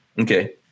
Okay